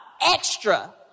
extra